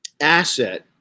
asset